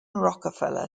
rockefeller